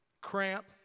cramp